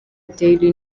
daily